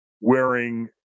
wearing